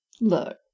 look